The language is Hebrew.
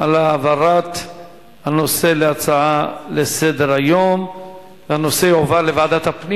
על העברת הנושא כהצעה לסדר-היום לוועדת הפנים